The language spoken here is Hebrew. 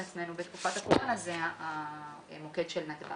עצמנו בתקופת הקורונה הוא המוקד של נתב"ג.